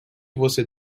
você